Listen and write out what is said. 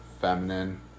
feminine